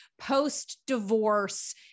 post-divorce